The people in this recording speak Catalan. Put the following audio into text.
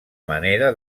manera